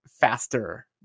faster